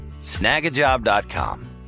Snagajob.com